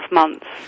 months